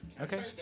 Okay